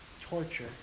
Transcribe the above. torture